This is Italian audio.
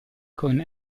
con